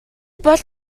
бол